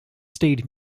stayed